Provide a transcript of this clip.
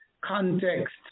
context